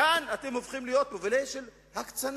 וכאן אתם הופכים להיות מובילים של הקצנה.